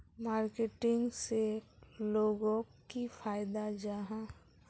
Marketing से लोगोक की फायदा जाहा?